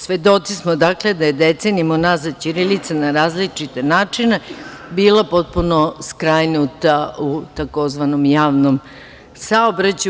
Svedoci smo da je decenijama unazad ćirilica na različite načine bila potpuno skrajnuta u tzv. javnom saobraćaju.